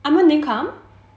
aiman didn't come